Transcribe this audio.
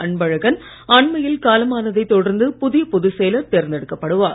அன்பழகன் அண்மையில் காலமானதை தொடர்ந்து புதிய பொதுச் செயலர் தேர்ந்தெடுக்கப்படுவார்